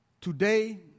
today